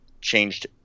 changed